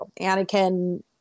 Anakin